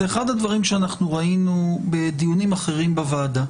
זה אחד הדברים שראינו בדיונים אחרים בוועדה.